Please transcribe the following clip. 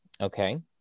okay